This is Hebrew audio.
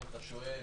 אם אתה שואל,